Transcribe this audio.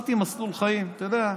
עברתי מסלול חיים, אתה יודע.